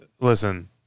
listen